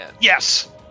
Yes